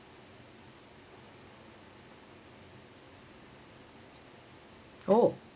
oh